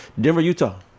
Denver-Utah